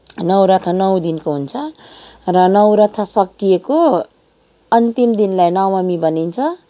नवरथा नौ दिनको हुन्छ र नवरथा सकिएको अन्तिम दिनलाई नवमी भनिन्छ